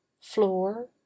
floor